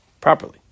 properly